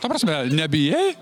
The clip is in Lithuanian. ta prasme nebijai